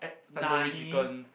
tandoori chicken